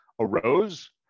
arose